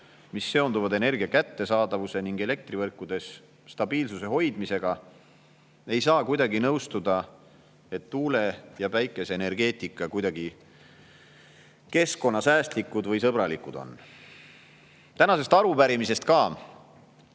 mis seonduvad energia kättesaadavuse ning elektrivõrkudes stabiilsuse hoidmisega, ei saa kuidagi nõustuda, et tuule‑ ja päikeseenergeetika kuidagi keskkonnasäästlikud või ‑sõbralikud on. Tänasest arupärimisest ka.